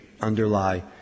underlie